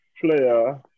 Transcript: player